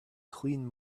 cleaned